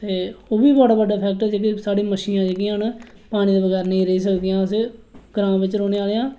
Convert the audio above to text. ते ओह्बी बड़ा बड्डा फैक्ट ऐ मच्छियां जेह्कियां ना पानी दे बगैर नेईं रेही सकदियां ग्रां बिच रौह्ने आह्ले